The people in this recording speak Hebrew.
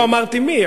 לא אמרתי מי.